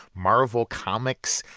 marvel comics,